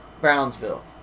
Brownsville